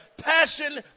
passion